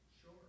Sure